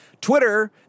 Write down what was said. Twitter